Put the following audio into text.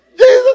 Jesus